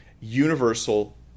universal